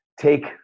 Take